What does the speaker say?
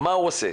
מה הוא עושה?